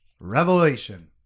Revelation